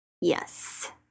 Yes